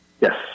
Yes